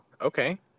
okay